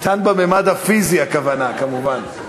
קטן בממד הפיזי הכוונה, כמובן.